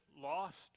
lost